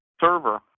server